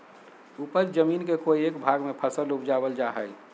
उपज जमीन के कोय एक भाग में फसल उपजाबल जा हइ